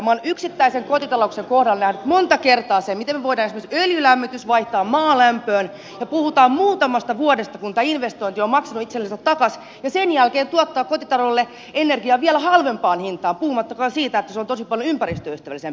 minä olen yksittäisten kotitalouksien kohdalla nähnyt monta kertaa sen miten me voimme esimerkiksi öljylämmityksen vaihtaa maalämpöön ja puhutaan muutamasta vuodesta kun tämä investointi on maksanut itsellensä takaisin ja sen jälkeen tuottaa kotitaloudelle energiaa vielä halvempaan hintaan puhumattakaan siitä että se on tosi paljon ympäristöystävällisempää